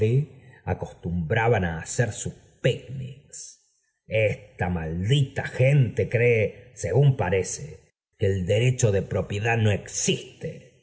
acostumbraban hacer sus picnics esta maldita gente cree según parece que el derecho de propiedad no existe